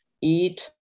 eat